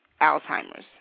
Alzheimer's